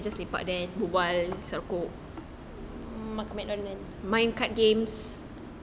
makan McDonald